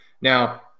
now